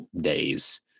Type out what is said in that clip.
days